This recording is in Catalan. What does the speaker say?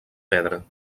pedra